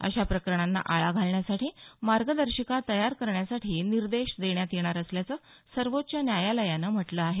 अशा प्रकरणांना आळा घालण्यासाठी मार्गदर्शिका तयार करण्यासाठी निर्देश देण्यात येणार असल्याचं सर्वोच्च न्यायालयानं म्हटलं आहे